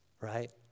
right